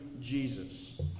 Jesus